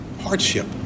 Hardship